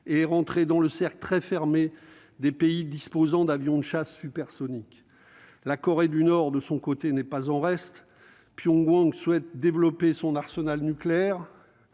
partie du cercle très fermé des pays disposant d'avions de chasse supersoniques. La Corée du Nord n'est pas en reste. Pyongyang souhaite développer son arsenal nucléaire,